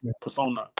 persona